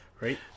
Right